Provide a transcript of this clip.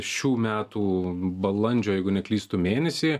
šių metų balandžio jeigu neklystu mėnesį